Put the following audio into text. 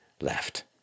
left